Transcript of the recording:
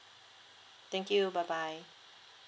thank you bye bye